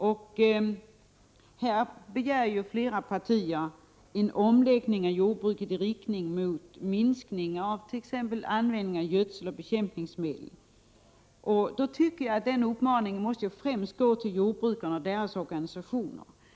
I reservationen begär flera partier en omläggning av jordbruket i riktning mot minskning av exempelvis användning av gödsel och bekämpningsmedel. Jag tycker att en sådan uppmaning främst måste riktas till jordbrukarna och deras organisationer.